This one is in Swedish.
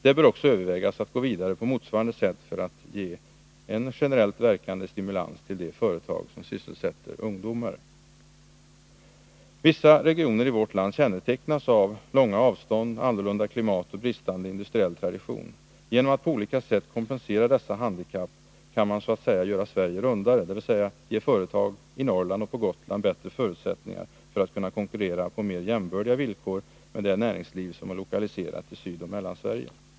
Man bör också överväga att på motsvarande sätt gå vidare för att ge en Vissa regioner i vårt land kännetecknas av långa avstånd, annorlunda klimat och bristande industriell tradition. Genom att på olika sätt kompensera dessa handikapp kan man så att säga göra Sverige rundare, dvs. ge företag i Norrland och på Gotland bättre förutsättningar för att kunna konkurrera på mer jämbördiga villkor med det näringsliv som är lokaliserat i Sydoch Mellansverige.